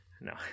No